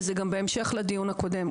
וזה גם בהמשך לדיון הקודם.